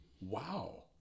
Wow